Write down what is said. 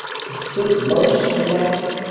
he stood motionless,